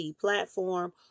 platform